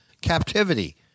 captivity